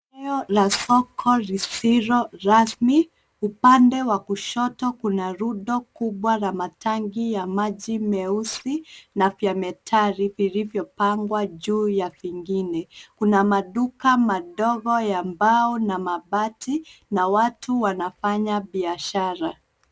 Eneo la soko lisilo rasmi. Upande wa kushoto kuna rundo kubwa la matangi ya maji meusi na vya metali vilivyopangwa juu ya vingine. Kuna maduka madogo ya mbao na mabati na watu wanafanya biashara.